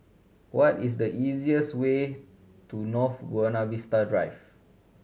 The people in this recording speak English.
what is the easiest way to North Buona Star Drive